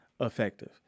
effective